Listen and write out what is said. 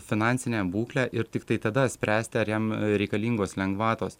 finansinę būklę ir tiktai tada spręsti ar jam reikalingos lengvatos